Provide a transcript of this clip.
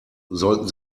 sollten